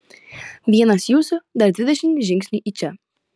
vienas jūsų dar dvidešimt žingsnių į čia